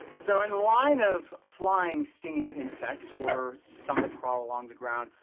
so in line of flying, stinging insects or some that crawl along the ground,